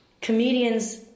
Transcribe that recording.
Comedians